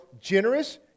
generous